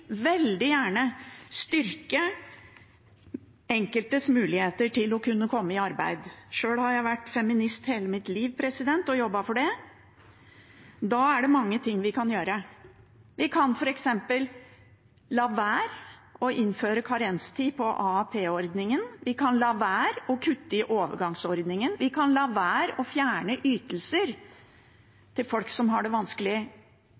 veldig gjerne styrke den enkeltes muligheter til å komme i arbeid. Sjøl har jeg vært feminist hele mitt liv og jobbet for det. Da er det mye vi kan gjøre. Vi kan f.eks. la være å innføre karenstid på AAP-ordningen. Vi kan la være å kutte i overgangsordningen. Vi kan la være å fjerne ytelser til folk som har det vanskelig